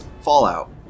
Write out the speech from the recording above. Fallout